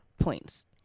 points